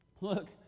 Look